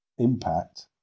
Impact